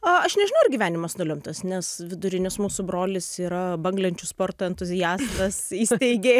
a aš nežinau ar gyvenimas nulemtas nes vidurinis mūsų brolis yra banglenčių sporto entuziastas įsteigė